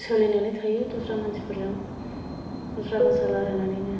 सोलिनानै थायो दस्रा मानसिफोरजों दसरा भासा रायलाय नानैनो